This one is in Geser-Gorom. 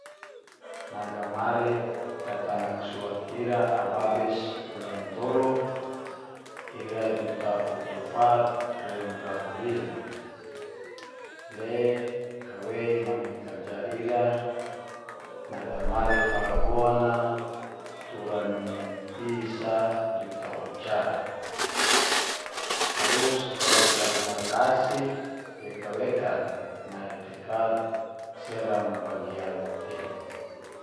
Nagamari datanak suat ira ababis ulan tolu ira juta utufat riun ratulim, le kawei mami karja ira nagamari falabon a tura ni pis a juta uca, tarus koran tarima kasih wekan-wekan nai tekad seram bagian timur.